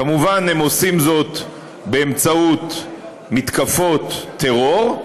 כמובן, הם עושים זאת באמצעות מתקפות טרור,